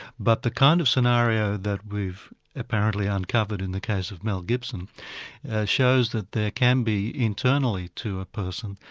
but the kind of scenario that we've apparently uncovered in the case of mel gibson shows that there can be internally to a person,